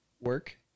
work